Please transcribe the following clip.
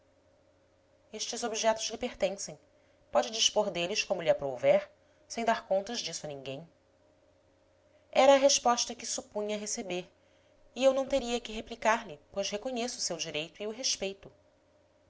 estes objetos lhe pertencem pode dispor deles como lhe aprouver sem dar contas disso a ninguém era a resposta que supunha receber e eu não teria que replicar lhe pois reconheço o seu direito e o respeito